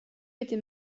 était